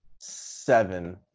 Seven